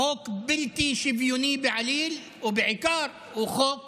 חוק בלתי שוויוני בעליל, ובעיקר הוא חוק